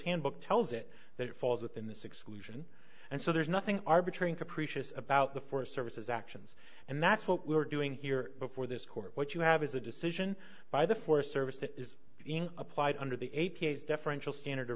handbook tells it that it falls within this exclusion and so there's nothing arbitrary capricious about the forest services actions and that's what we're doing here before this court what you have is a decision by the forest service that is being applied under the a p s deferential standard